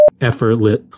effortless